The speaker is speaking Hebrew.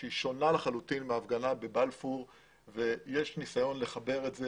היא שונה לחלוטין מההפגנה בבלפור ויש ניסיון לחבר את זה